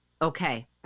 Okay